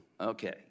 Okay